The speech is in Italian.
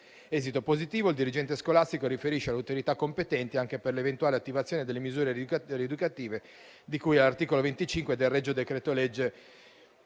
esito positivo, il dirigente scolastico riferisce alle autorità competenti, anche per l'eventuale attivazione delle misure rieducative di cui all'articolo 25 del regio decreto-legge